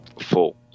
full